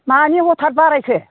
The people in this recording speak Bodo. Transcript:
मानि हथाद बारायखो